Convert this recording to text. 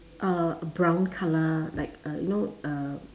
uh a brown colour like a you know uh